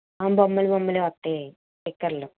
బొమ్మలు బొమ్మలవే వస్తాయి స్టిక్కర్లు